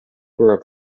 for